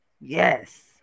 Yes